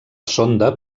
sonda